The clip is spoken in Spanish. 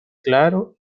claro